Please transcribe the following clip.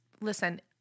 listen